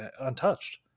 untouched